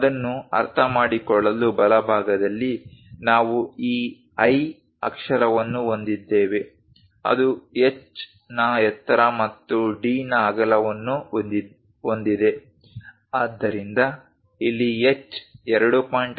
ಅದನ್ನು ಅರ್ಥಮಾಡಿಕೊಳ್ಳಲು ಬಲಭಾಗದಲ್ಲಿ ನಾವು ಈ I ಅಕ್ಷರವನ್ನು ಹೊಂದಿದ್ದೇವೆ ಅದು h ನ ಎತ್ತರ ಮತ್ತು d ನ ಅಗಲವನ್ನು ಹೊಂದಿದೆ ಆದ್ದರಿಂದ ಇಲ್ಲಿ h 2